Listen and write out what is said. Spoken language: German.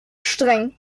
streng